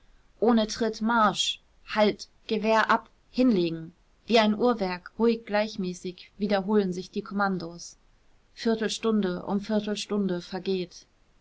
ohne tritt marsch halt gewehr ab hinlegen wie ein uhrwerk ruhig gleichmäßig wiederholen sich die kommandos viertelstunde um viertelstunde vergeht